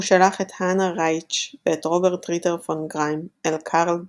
הוא שלח את האנה רייטש ואת רוברט ריטר פון גריים אל קרל דניץ,